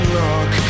look